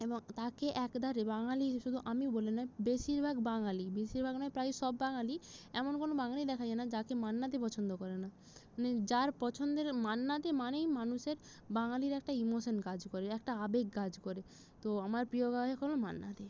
এবং তাকে একধারে বাঙালি শুধু আমি বলে নয় বেশিরভাগ বাঙালি বেশিরভাগ নয় প্রায় সব বাঙালি এমন কোনো বাঙালি দেখা যায় না যাকে মান্না দে পছন্দ করে না মানে যার পছন্দের মান্না দে মানেই মানুষের বাঙালির একটা ইমোশান কাজ করে একটা আবেগ কাজ করে তো আমার প্রিয় গায়ক হল মান্না দে